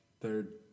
Third